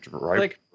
right